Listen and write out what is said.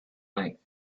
length